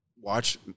watch